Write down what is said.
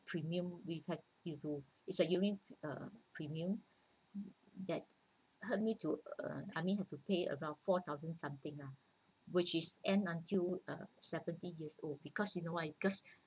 premium we can you do it's like you mean uh premium that helped me to I mean have to pay around four thousand something lah which ends in uh seventy years old because you know why because